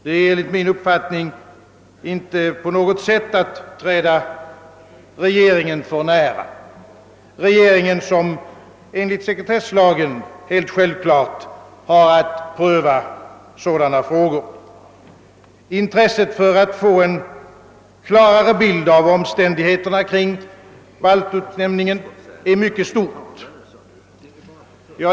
Det är enligt min uppfattning inte på något sätt att träda regeringen för nära; denna har enligt sekretesslagen helt självklart att pröva sådana frågor. Intresset för att få en klarare bild av omständigheterna kring baltutlämningen är mycket stort.